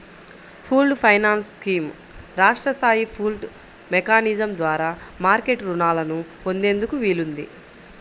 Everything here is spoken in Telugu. పూల్డ్ ఫైనాన్స్ స్కీమ్ రాష్ట్ర స్థాయి పూల్డ్ మెకానిజం ద్వారా మార్కెట్ రుణాలను పొందేందుకు వీలుంది